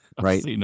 right